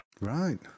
Right